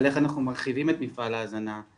של הנהגת ההורים הארצית,